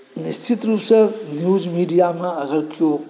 निश्चित रूपसँ न्यूज मीडिआमे अगर केओ